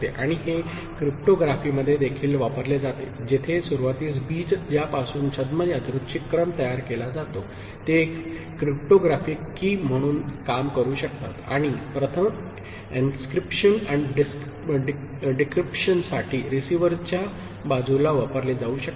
आणि हे क्रिप्टोग्राफीमध्ये देखील वापरले जाते जेथे सुरुवातीस बीज ज्यापासून छद्म यादृच्छिक क्रम तयार केला जातो ते एक क्रिप्टोग्राफिक की म्हणून काम करू शकतात आणि प्रथम एनक्रिप्शनसाठी आणि डिक्रिप्शनसाठी रिसीव्हरच्या बाजूला वापरले जाऊ शकतात